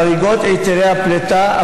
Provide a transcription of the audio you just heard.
בחריגות היתרי הפלטה,